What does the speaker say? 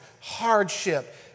hardship